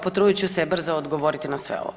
Evo potrudit ću se brzo odgovoriti na sve ovo.